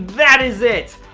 that is it!